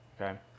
Okay